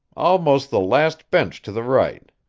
almost the last bench to the right.